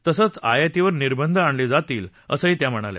तसंच आयातीवर निर्बंध आणले जातील असंही त्या म्हणाल्या